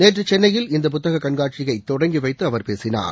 நேற்று சென்னையில் இந்த புத்தக கண்காட்சியை தொடங்கி வைத்து அவர் பேசினார்